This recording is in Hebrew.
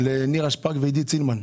לנירה שפק ולעידית סילמן.